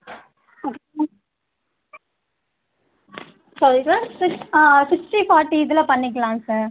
okay சொல்கிறேன் six sixty forty இதில் பண்ணிக்கலாம் சார்